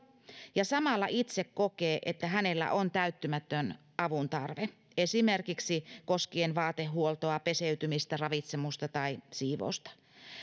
ja samalla itse kokee että hänellä on täyttymätön avuntarve esimerkiksi koskien vaatehuoltoa peseytymistä ravitsemusta tai siivousta